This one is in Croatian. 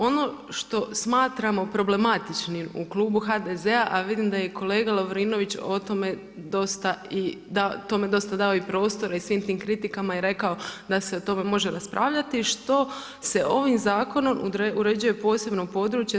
Ono što smatramo problematičnim u klubu HDZ-a, a vidim da je i kolega Lovrinović o tome dosta, tome dosta dao prostora i svim tim kritikama je rekao da se o tome može raspravljati što se ovim zakonom uređuje posebno područje.